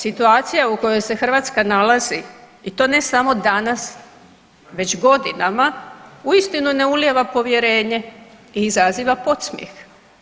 Situacija u kojoj se Hrvatska nalazi i to ne samo danas već godinama uistinu ne ulijeva povjerenje i izaziva podsmijeh.